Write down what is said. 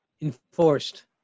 enforced